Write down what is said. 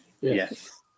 yes